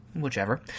whichever